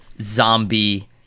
zombie